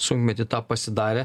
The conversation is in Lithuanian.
sunkmetį tą pasidarė